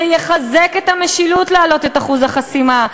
להעלות את אחוז החסימה,